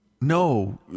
no